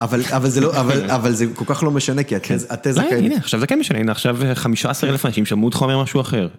אבל זה לא.. אבל זה כל כך לא משנה, כי התזה קיימת. עכשיו זה כן משנה, הנה עכשיו 15 אלף אנשים שמעו אותך אומר משהו אחר.